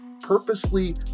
purposely